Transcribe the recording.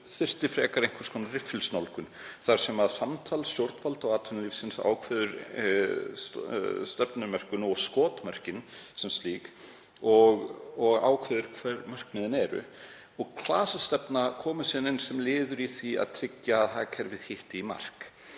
þyrfti frekar einhvers konar riffilsnálgun þar sem samtal stjórnvalda og atvinnulífsins ákveður stefnumörkunina og skotmörkin sem slík og ákveður hver markmiðin eru og klasastefna komi síðan inn sem liður í því að tryggja að hagkerfið hitti í mark.